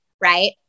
Right